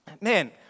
man